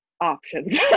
options